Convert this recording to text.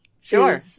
Sure